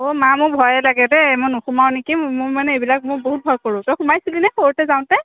অঁ মা মোৰ ভয়ে লাগে দেই মই নোসোমাও নেকি মোৰ মানে এইবিলাক মোৰ বহুত ভয় কৰোঁ তই সোমাইছিলি নে সৰুতে যাওঁতে